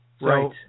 Right